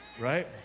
right